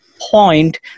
point